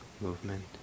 movement